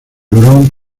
hurón